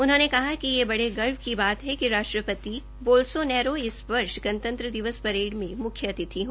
उन्होंने कहा कि यह बड़े गर्व की बात है कि राष्ट्रपति बोलसो नैरो इस वर्ष गणतंत्र दिवस परेड के मुख्यातिथि हैं